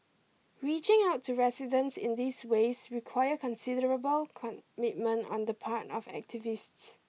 reaching out to residents in these ways require considerable commitment on the part of activists